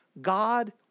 God